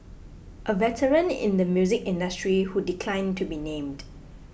a veteran in the music industry who declined to be named